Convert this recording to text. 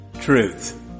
truth